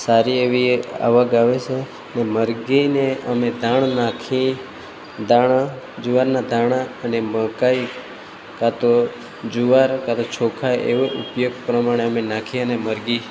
સારી એવી એક આવક આવે છે અને મરઘીને અમે દાણ નાખી દાણા જુવારના દાણા અને મકાઇ કાં તો જુવાર કાં તો ચોખા એવો ઉપયોગ પ્રમાણે નાખીએ અને મરઘી